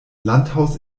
landhaus